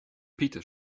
peter